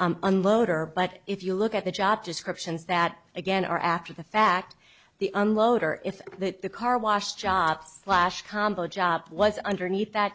unloader but if you look at the job descriptions that again are after the fact the unloader if that the car wash job slash combo job was underneath that